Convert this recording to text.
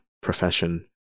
profession